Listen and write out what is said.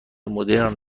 مدرن